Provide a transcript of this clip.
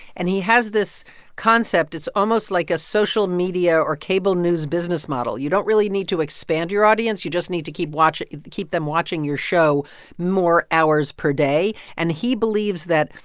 and he has this concept. it's almost like a social media or cable news business model. you don't really need to expand your audience. you just need to keep watch keep them watching your show more hours per day. and he believes that,